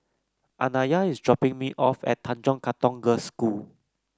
Anaya is dropping me off at Tanjong Katong Girls' School